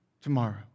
tomorrow